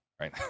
right